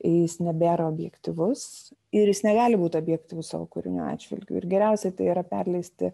jis nebėra objektyvus ir jis negali būt objektyvus savo kūrinių atžvilgiu ir geriausiai tai yra perleisti